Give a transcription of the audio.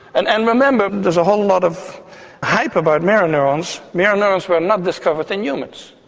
and and remember, there's a whole lot of hype about mirror neurons. mirror neurons were not discovered in humans,